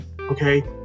okay